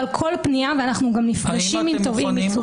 אבל כל פנייה ואנחנו גם נפגשים עם תובעים ייצוגיים.